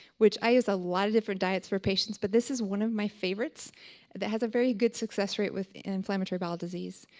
which i use a lot of different diets for patients, but this is one of my favorites that has a very good success rate with inflammatory bowel disease.